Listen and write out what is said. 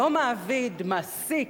לא "מעביד", "מעסיק".